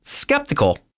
Skeptical